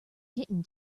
kitten